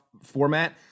format